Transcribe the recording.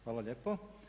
Hvala lijepo.